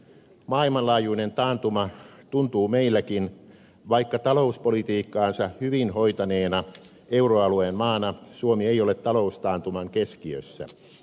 maailmanlaajuinen taantuma tuntuu meilläkin vaikka talouspolitiikkaansa hyvin hoitaneena euroalueen maana suomi ei ole taloustaantuman keskiössä